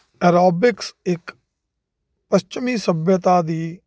aerobics ਇੱਕ ਪੱਛਮੀ ਸੱਭਿਅਤਾ ਦੀ